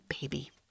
baby